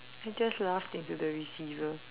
I just laughed into the receiver